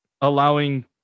allowing